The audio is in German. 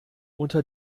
unter